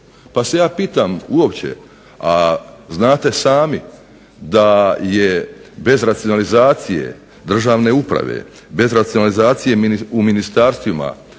Pa se ja pitam uopće a znate sami da je bez racionalizacije državne uprave, bez racionalizacije u ministarstvima